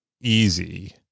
easy